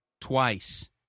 twice